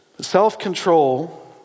Self-control